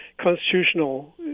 constitutional